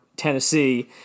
Tennessee